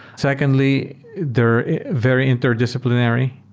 secondly, they're very interdisciplinary,